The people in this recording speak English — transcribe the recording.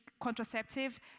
contraceptive